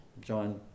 John